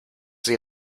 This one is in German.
sie